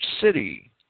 city